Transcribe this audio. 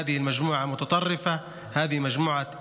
אך אנחנו לא רוצים כלל בהגעתה של החבורה הזו לעיר.